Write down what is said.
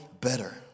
better